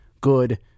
good